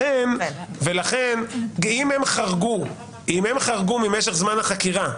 לכן, אם הם חרגו ממשך זמן החקירה,